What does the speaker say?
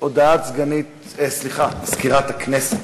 הודעת מזכירת הכנסת.